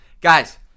guys